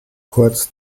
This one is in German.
kurz